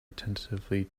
attentively